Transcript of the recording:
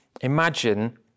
imagine